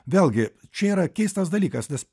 vėlgi čia yra keistas dalykas nes